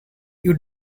you